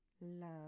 love